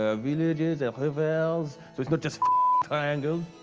ah villages and rivers so it's not just triangles!